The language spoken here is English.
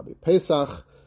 Pesach